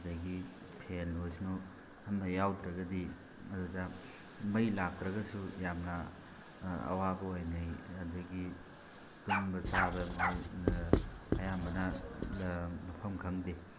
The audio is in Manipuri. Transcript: ꯑꯗꯒꯤ ꯐꯦꯟ ꯑꯣꯏꯁꯅꯨ ꯑꯃ ꯌꯥꯎꯗ꯭ꯔꯒꯗꯤ ꯑꯗꯨꯗ ꯃꯩ ꯂꯥꯛꯇ꯭ꯔꯒꯁꯨ ꯌꯥꯝꯅ ꯑꯋꯥꯕ ꯑꯣꯏꯅꯩ ꯑꯗꯒꯤ ꯇꯨꯝꯕ ꯆꯥꯕ ꯃꯈꯣꯏ ꯑꯌꯥꯝꯕꯅ ꯃꯐꯝ ꯈꯪꯗꯦ